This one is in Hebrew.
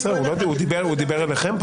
הוא דיבר אליכם?